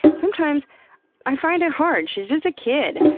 sometimes i find it hard she's just a kid!